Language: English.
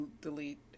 delete